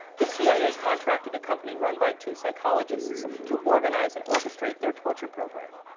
the cia contracted a company run by two psychologists to organize and orchestrate their torture program.